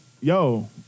yo